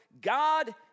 God